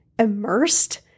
immersed